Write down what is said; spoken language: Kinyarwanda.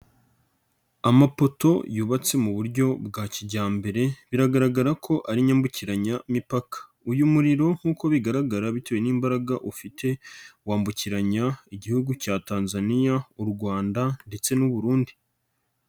Amapoto yubatse mu buryo bwa kijyambere, biragaragara ko ari inyambukiranyamipaka. Uyu muriro nk'uko bigaragara bitewe n'imbaraga ufite, wambukiranya igihugu cya Tanzania, u Rwanda ndetse n'u Burundi.